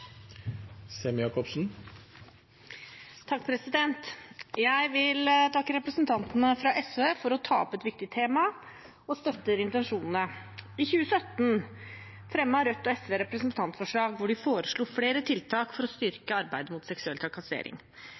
Jeg vil takke representantene fra SV for å ta opp et viktig tema, og jeg støtter intensjonene. I 2017 fremmet Rødt og SV representantforslag der de foreslo flere tiltak for å styrke arbeidet mot seksuell trakassering.